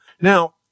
Now